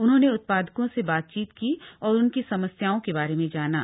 उन्होंने उत्पादकों से बातचीत की और उनकी समस्याओं के बारे में जाना